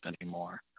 anymore